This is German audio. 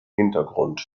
hintergrund